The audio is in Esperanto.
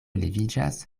leviĝas